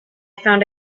found